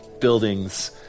buildings